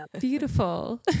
beautiful